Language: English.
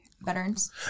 veterans